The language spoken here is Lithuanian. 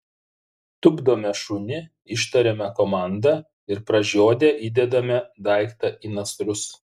tupdome šunį ištariame komandą ir pražiodę įdedame daiktą į nasrus